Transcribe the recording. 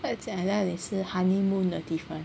而且好像也是 honeymoon 的地方